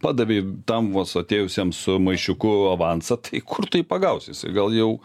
padavei tam vos atėjusiam su maišiuku avansą tai kur tu jį pagausi jisai gal jau